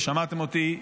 ושמעתם אותי,